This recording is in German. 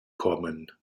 kommen